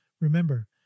Remember